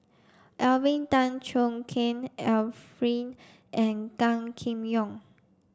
Alvin Tan Cheong Kheng Arifin and Gan Kim Yong